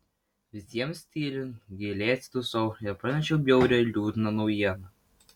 visiems tylint giliai atsidusau ir pranešiau bjaurią liūdną naujieną